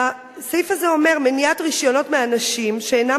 הסעיף הזה אומר: מניעת רשיונות מאנשים שאינם